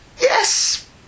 Yes